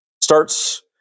starts